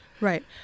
Right